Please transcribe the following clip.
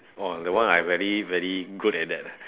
orh that one I very very good at that ah